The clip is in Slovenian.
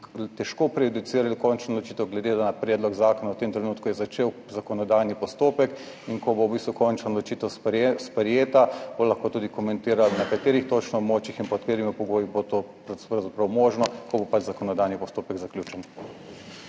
težko prejudicirali končno odločitev glede na predlog zakona, v tem trenutku, je začel zakonodajni postopek in ko bo v bistvu končno odločitev sprejel, sprejeta, bomo(?) lahko tudi komentirali na katerih točno območjih in pod katerimi pogoji bo to pravzaprav možno, ko bo pač zakonodajni postopek zaključen.